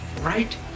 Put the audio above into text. right